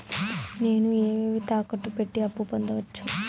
నేను ఏవేవి తాకట్టు పెట్టి అప్పు పొందవచ్చు?